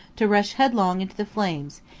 to rush headlong into the flames,